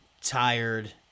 tired –